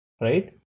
right